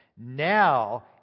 Now